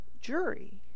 jury